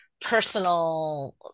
personal